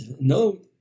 No